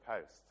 post